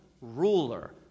ruler